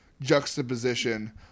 juxtaposition